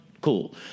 cool